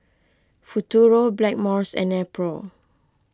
Futuro Blackmores and Nepro